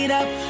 up